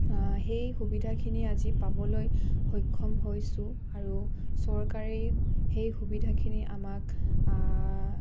সেই সুবিধাখিনি আজি পাবলৈ সক্ষম হৈছোঁ আৰু চৰকাৰেই সেই সুবিধাখিনি আমাক